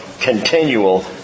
continual